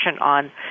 on